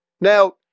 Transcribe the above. Now